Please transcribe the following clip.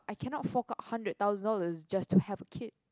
I cannot fork out hundred thousand dollars just to have a kid